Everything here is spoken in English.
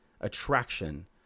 attraction